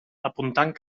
apuntant